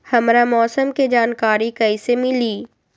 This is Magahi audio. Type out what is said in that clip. हमरा मौसम के जानकारी कैसी मिली?